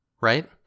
right